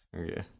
Okay